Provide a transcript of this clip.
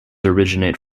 originate